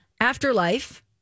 Afterlife